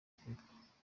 africa